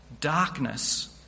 darkness